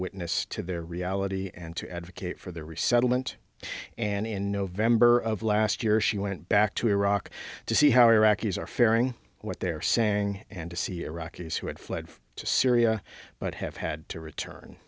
witness to their reality and to advocate for their resettlement and in november of last year she went back to iraq to see how iraqis are fairing what they're saying and to see iraqis who had fled to syria but have had to return